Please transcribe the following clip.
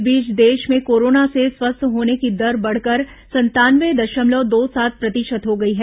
इस बीच देश में कोरोना से स्वस्थ होने की दर बढ़कर संतानवे दशमलव दो सात प्रतिशत हो गई है